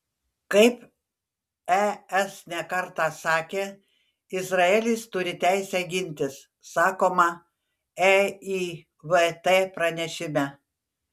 kaip es ne kartą sakė izraelis turi teisę gintis sakoma eivt pranešime